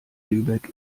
lübeck